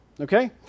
Okay